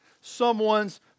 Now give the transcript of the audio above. someone's